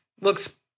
looks